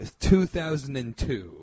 2002